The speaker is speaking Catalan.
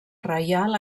reial